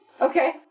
Okay